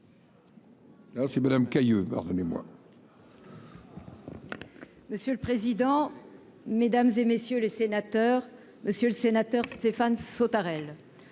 Ah c'est Madame Cayeux pardonnez-moi.